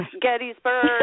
Gettysburg